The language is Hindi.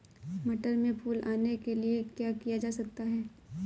मटर में फूल आने के लिए क्या किया जा सकता है?